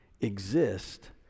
exist